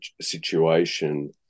situation